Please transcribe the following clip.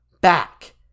back